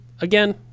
again